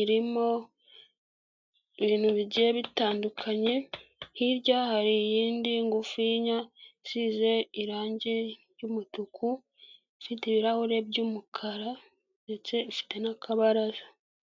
irimo ibintu bigiye bitandukanye hirya hari iyindi ngufiya ifite irangi ry'umutuku ifite ibirahure by'umukara ndetse ufite n'akabaraza.